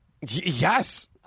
Yes